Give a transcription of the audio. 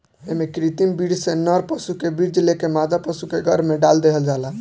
एमे कृत्रिम वीर्य से नर पशु के वीर्य लेके मादा पशु के गर्भ में डाल देहल जाला